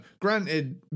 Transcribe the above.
granted